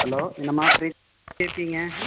hello என்னம்மா ப்ரீத் எப்படி இருக்கீங்க